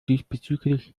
diesbezüglich